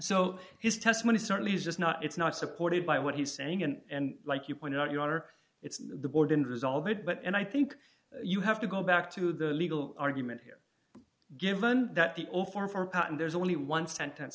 so his testimony certainly is just not it's not supported by what he's saying and like you pointed out your honor it's the board and resolve it but and i think you have to go back to the legal argument here given that the far far past and there's only one sentence